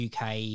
UK